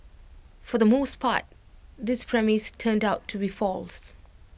for the most part this premise turned out to be false